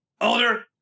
older